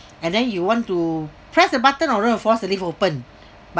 and then you want to press the button or not going to force the lift opened but